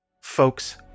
Folks